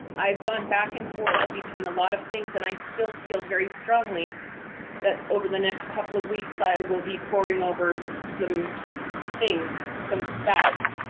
i've gone back and forth between a lot of things and i still feel very strongly that over the next couple of weeks i will be poring over some things. some facts,